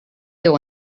teu